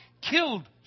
killed